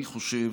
אני חושב,